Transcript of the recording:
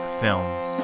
films